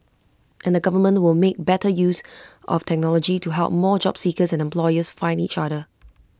and the government will make better use of technology to help more job seekers and employers find each other